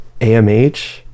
AMH